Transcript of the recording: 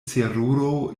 seruro